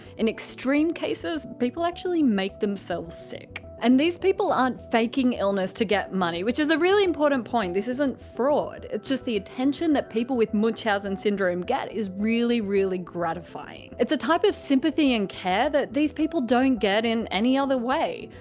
in extreme cases, people actually make themselves sick. and these people aren't faking illness to get money, which is a really important point, this fraud it's just the attention that people with munchausen syndrome get is really, really gratifying. it's a type of sympathy and care that these people don't get in any other way.